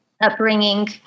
upbringing